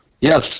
Yes